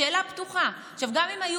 שאלה פתוחה.